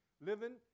living